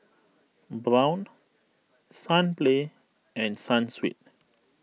Braun Sunplay and Sunsweet